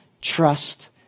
trust